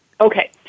Okay